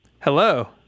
Hello